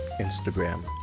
Instagram